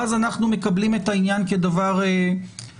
ואז אנחנו מקבלים את העניין כדבר סגור.